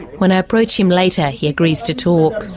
when i approach him later he agrees to talk.